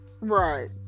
Right